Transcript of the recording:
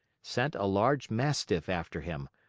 sent a large mastiff after him,